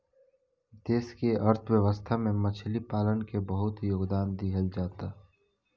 देश के अर्थव्यवस्था में मछली पालन के बहुत योगदान दीहल जाता